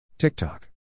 TikTok